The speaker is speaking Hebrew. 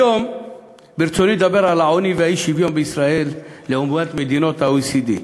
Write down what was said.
היום ברצוני לדבר על העוני והאי-שוויון בישראל לעומת מדינות ה-OECD.